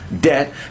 Debt